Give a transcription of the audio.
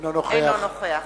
אינו נוכח